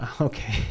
Okay